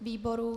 Výboru?